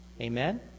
Amen